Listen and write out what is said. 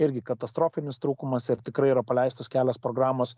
irgi katastrofinis trūkumas ir tikrai yra paleistos kelios programos